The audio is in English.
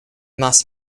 mass